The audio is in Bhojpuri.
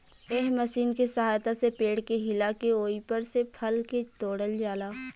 एह मशीन के सहायता से पेड़ के हिला के ओइपर से फल के तोड़ल जाला